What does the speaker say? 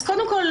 קודם כול,